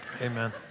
amen